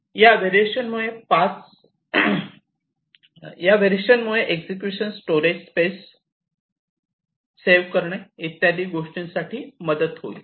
या व्हेरिएशन मुळे पाच एक्झिक्युशन स्टोरेज स्पेस सेव करणे इत्यादी गोष्टींसाठी मदत होईल